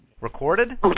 Recorded